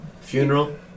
Funeral